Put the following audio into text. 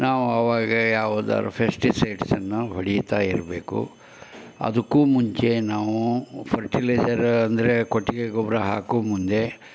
ನಾವು ಅವಾಗ ಯಾವುದಾರೂ ಫೆಸ್ಟಿಸೈಡ್ಸನ್ನು ಹೊಡೀತ ಇರಬೇಕು ಅದಕ್ಕೂ ಮುಂಚೆ ನಾವು ಫರ್ಟಿಲೈಝರ್ ಅಂದರೆ ಕೊಟ್ಟಿಗೆ ಗೊಬ್ಬರ ಹಾಕೋ ಮುಂದೆ